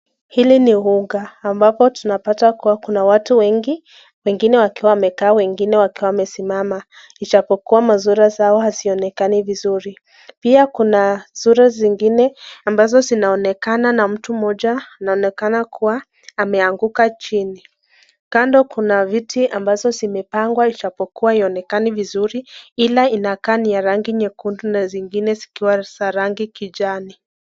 Hili ni uga ambapo tunapata kuwa Kuna watu wengi wengine wakiwa wamekaa wengine wakiwa wamesimama. Ijapokuwa sura zao hazionekani vizuri. Pia Kuna sura zingine ambazo zinaonekana na mtu mmoja anaonekana kuwa ameanguka chini . Kando Kuna viti ambazo zimepangwa hijapokuwa haionekana vizuri Hila inakaa ni ya rangi nyekundu na zingine zikiwa ni ya rangi kijani.